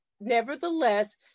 nevertheless